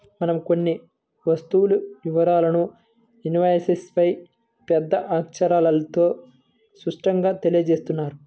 మనం కొన్న వస్తువు వివరాలను ఇన్వాయిస్పై పెద్ద అక్షరాలతో స్పష్టంగా తెలియజేత్తారు